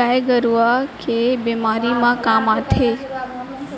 गाय गरू के बेमारी म काम आथे